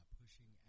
pushing